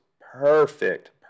perfect